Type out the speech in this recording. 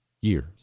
years